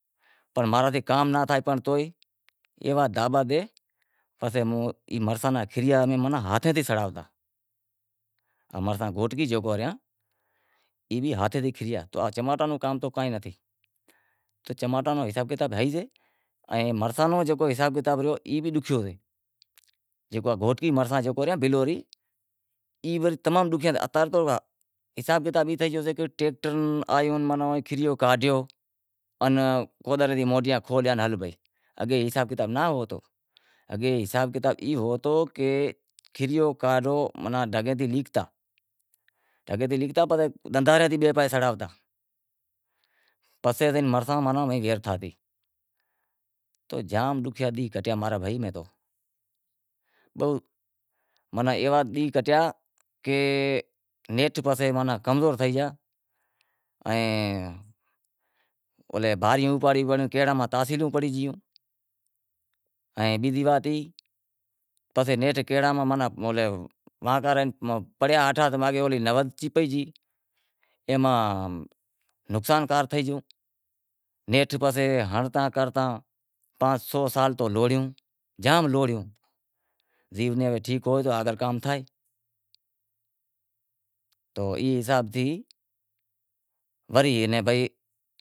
پنڑ ماں را کام ناں تھیوے تو ئے ایوا دابا دئے مرساں را کھیریا مانیں ہاتھیں تے سڑاوتا مرساں ای بھی ہاتھیں تی، چماٹاں رو کام تو کائیں نتھی، چماٹاں رو حساب کتاب ہئیسے پنڑ مرساں رو جکو حساب کتاب ریو ای بھی ڈوکھیو سے، جکو گھوٹکی مرساں جکو ریا بلوری ای تمام ڈوکھیا ریا، اتا رے تو حساب کتاب ای تھئے گیو سے کہ ٹیکٹر آیو ماں اں کھیریو کاڈھیو ان کوڈر ری موٹیا کھولیا ہل، اگے حساب کتاب ای ناں ہوتو، اگے حساب کتاب ای ہوتو کہ کھیریو کاڈھو ماناں ڈھگے تی لیکتا، ڈھگے تے لیکتا پنڑ دہندہا رے بئے پاہے سڑاہا ہوتا پسے زائے مرساں ویہرتا، تو جام ڈوکھیا ڈینہں کٹیا، ماں را بھائی کہیں، ایوا ڈینہں کٹیا تو نیٹھ پسے کمزور تھئی گیا ائیں ولے باریوں اپاڑیوں کیہاڑی میں تاسیڑوں پڑی گیوں، ائیں بیزی وات ای پسے نیٹھ کیہڑاں ماں پڑیا ہیٹھا تو ماگہیں نبض چیپاجے گئی، اے ماں نقصان تھے گیو، نیٹھ ہنڑتا ہنڑتا پانس سال لوڑیو، جام لوڑیو، جے ٹھیک ہوئے تو کام تھے، تو ای حساب تھی،